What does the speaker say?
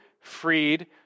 freed